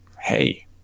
hey